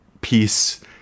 peace